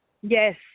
Yes